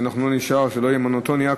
שלא יהיה קול מונוטוני.